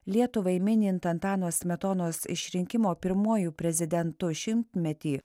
lietuvai minint antano smetonos išrinkimo pirmuoju prezidentu šimtmetį